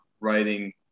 writing